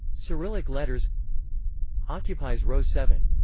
cyrillic letters occupies row seven.